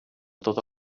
tota